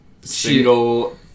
single